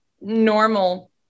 normal